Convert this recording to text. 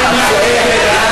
טוב, חברים, נא להירגע.